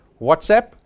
WhatsApp